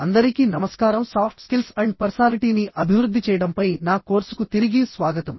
అందరికీ నమస్కారం soft skills and పర్సనాలిటీని అభివృద్ధి చేయడంపై నా కోర్సుకు తిరిగి స్వాగతం